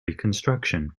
reconstruction